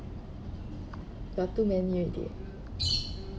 but too many already